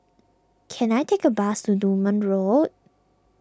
can I take a bus to Durban Road